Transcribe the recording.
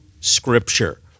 Scripture